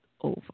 over